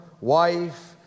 wife